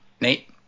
Nate